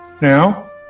Now